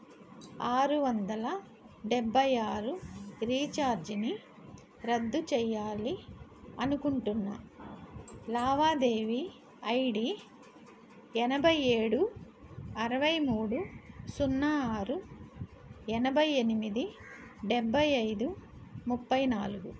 ఆరు వందల డెబ్బై ఆరు రీఛార్జ్ని రద్దు చెయ్యాలి అనుకుంటున్నా లావాదేవీ ఐడి ఎనభై ఏడు అరవై మూడు సున్నా ఆరు ఎనభై ఎనిమిది డెబ్బై ఐదు ముప్పై నాలుగు